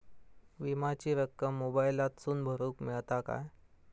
विमाची रक्कम मोबाईलातसून भरुक मेळता काय?